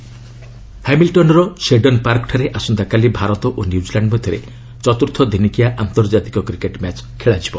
cricket ହାମିଲଟନ୍ର Seddon ପାର୍କଠାରେ ଆସନ୍ତାକାଲି ଭାରତ ଓ ନ୍ୟୁକ୍କିଲାଣ୍ଡ ମଧ୍ୟରେ ଚତୁର୍ଥ ଦିନିକିଆ ଆର୍ନ୍ତଜାତିକ କ୍ରିକେଟ ମ୍ୟାଚ ଖେଳାଯିବ